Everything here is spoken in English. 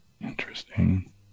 Interesting